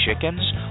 chickens